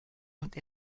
und